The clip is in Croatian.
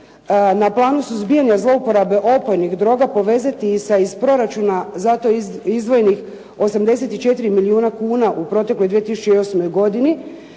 na planu suzbijanja zlouporabe opojnih droga povezati i iz proračuna zato izdvojenih 84 milijuna kuna u protekloj 2008. godini